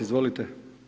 Izvolite.